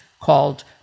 called